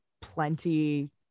plenty –